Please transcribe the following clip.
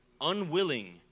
unwilling